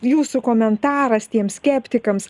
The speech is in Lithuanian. jūsų komentaras tiem skeptikams